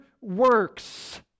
works